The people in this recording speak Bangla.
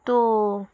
তো